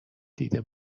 دیده